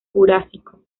jurásico